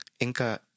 Inka